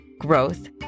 growth